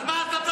על מה אתה מדבר?